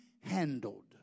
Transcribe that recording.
handled